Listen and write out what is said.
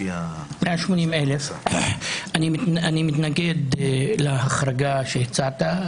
אני מתנגד להחרגה שהצעת,